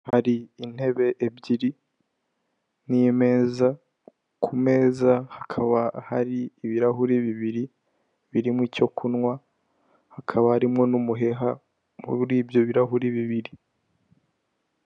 Agapapuro k'ibara ry'umuhondo kandikishijwemo amabara y'umuhondo ndetse n'umukara, kerekana uburyo bwo kwishyura amafaranga uyanyujije kuri Emutiyene mu momopeyi, bifasha umucuruzi cyangwa se umukiriya kugira ngo abashe gukorana ubucuruzi.